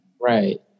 Right